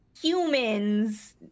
humans